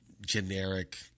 generic –